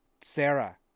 Sarah